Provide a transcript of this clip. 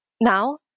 Now